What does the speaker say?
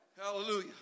Hallelujah